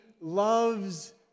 loves